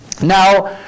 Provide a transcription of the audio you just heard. Now